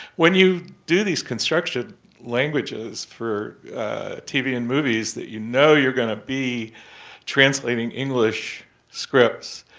when you do these construction languages for tv and movies that you know you're going to be translating english scripts,